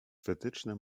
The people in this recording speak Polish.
wytyczne